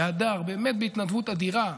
בהדר ובאמת בהתנדבות אדירה,